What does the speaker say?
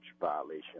violation